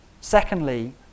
Secondly